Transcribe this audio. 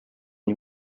nii